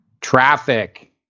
Traffic